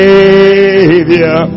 Savior